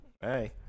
Hey